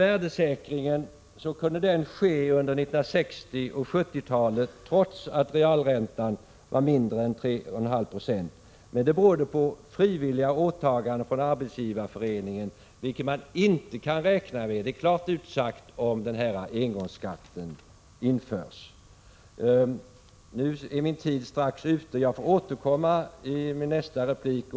Värdesäkringen kunde ske under 1960 och 1970-talen, trots att realräntan låg under 3,5 70. Men det berodde på frivilliga åtaganden från Svenska arbetsgivareföreningens sida, något som man inte kan räkna med — det är klart utsagt — om engångsskatten införs. Jag ser att min taletid strax är slut. Jag får återkomma till frågan i nästa replik.